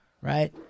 right